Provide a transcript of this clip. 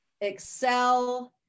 excel